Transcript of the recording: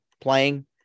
playing